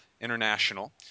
International